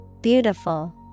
Beautiful